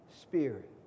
Spirit